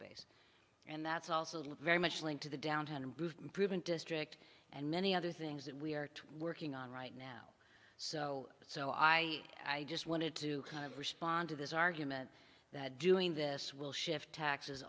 base and that's also look very much linked to the downtown improvement district and many other things that we are to working on right now so so i i just wanted to kind of respond to this argument that doing this will shift taxes